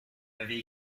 m’avez